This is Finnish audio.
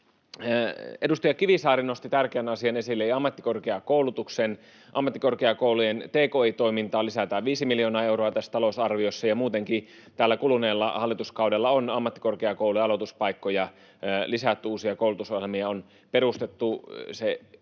Edustaja Kivisaari nosti tärkeän asian esille. Ammattikorkeakoulujen tki-toimintaan lisätään viisi miljoonaa euroa tässä talousarviossa, ja muutenkin tällä kuluneella hallituskaudella on ammattikorkeakoulun aloituspaikkoja lisätty, uusia koulutusohjelmia on perustettu. Tiivis